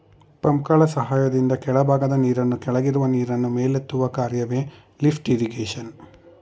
ಪಂಪ್ಗಳ ಸಹಾಯದಿಂದ ಕೆಳಭಾಗದ ನೀರನ್ನು ಕೆಳಗಿರುವ ನೀರನ್ನು ಮೇಲೆತ್ತುವ ಕಾರ್ಯವೆ ಲಿಫ್ಟ್ ಇರಿಗೇಶನ್